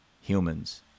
humans